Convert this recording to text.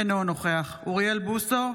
אינו נוכח אוריאל בוסו,